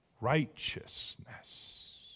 righteousness